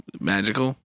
magical